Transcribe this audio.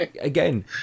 Again